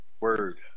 Word